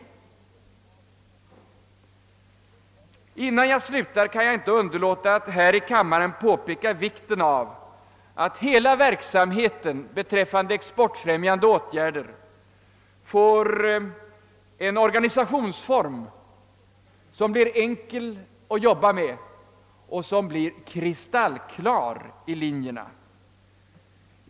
Innan jag slutar kan jag inte underlåta att här i kammaren påpeka vikten av att hela verksamheten beträffande exportfrämjande åtgärder får en organisationsform som blir enkel att job ba med och kristallklar i linjerna.